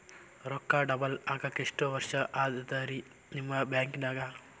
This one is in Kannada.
ರೊಕ್ಕ ಡಬಲ್ ಆಗಾಕ ಎಷ್ಟ ವರ್ಷಾ ಅದ ರಿ ನಿಮ್ಮ ಬ್ಯಾಂಕಿನ್ಯಾಗ?